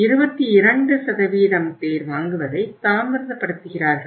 22 பேர் வாங்குவதை தாமதப்படுத்துகிறார்கள்